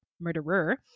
Murderer